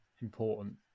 important